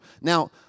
Now